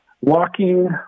Walking